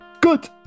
good